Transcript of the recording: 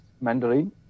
Mandarin